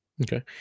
Okay